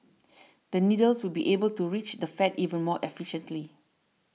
the needles will be able to reach the fat even more efficiently